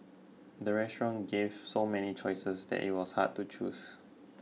the restaurant gave so many choices that it was hard to choose